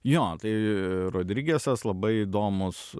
jo tai rodrigesas labai įdomus